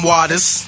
Waters